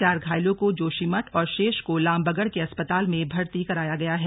चार घायलों को जोशीमठ और शेष को लामबगड़ के अस्पताल में भर्ती कराया गया है